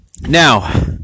Now